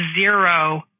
zero